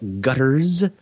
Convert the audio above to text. Gutters